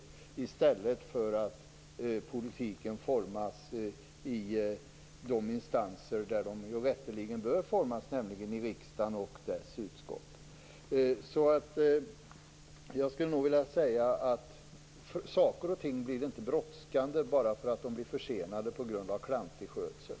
Så är det i stället för att politiken formas i de instanser där de rätteligen bör formas, nämligen i riksdagen och dess utskott. Saker och ting blir inte brådskande bara för att de försenas på grund av klantig skötsel.